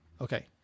Okay